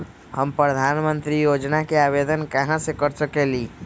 हम प्रधानमंत्री योजना के आवेदन कहा से कर सकेली?